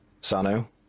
Sano